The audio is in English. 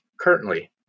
currently